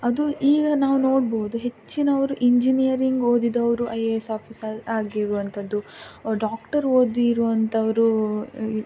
ಅದು ಈಗ ನಾವು ನೋಡ್ಬೋದು ಹೆಚ್ಚಿನವರು ಇಂಜಿನಿಯರಿಂಗ್ ಓದಿದವರು ಐ ಎ ಎಸ್ ಆಫೀಸರ್ ಆಗಿರುವಂಥದ್ದು ಡಾಕ್ಟರ್ ಓದಿ ಇರುವಂಥವ್ರು ಈ